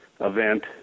event